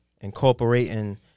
incorporating